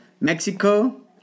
Mexico